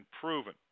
proven